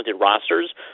rosters